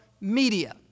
media